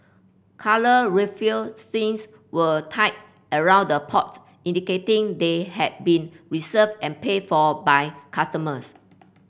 coloured raffia strings were tied around the pots indicating they had been reserved and paid for by customers